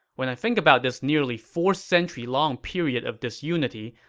when i think about this nearly four-century-long period of disunity,